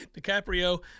DiCaprio